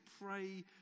pray